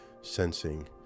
sensing